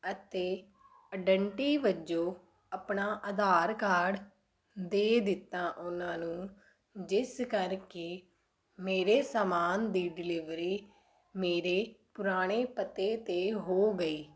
ਅਤੇ ਅਡੰਟੀ ਵਜੋਂ ਆਪਣਾ ਆਧਾਰ ਕਾਰਡ ਦੇ ਦਿੱਤਾ ਉਹਨਾਂ ਨੂੰ ਜਿਸ ਕਰਕੇ ਮੇਰੇ ਸਮਾਨ ਦੀ ਡਿਲੀਵਰੀ ਮੇਰੇ ਪੁਰਾਣੇ ਪਤੇ 'ਤੇ ਹੋ ਗਈ